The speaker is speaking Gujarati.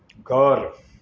ઘર